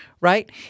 right